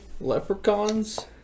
Leprechauns